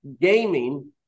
gaming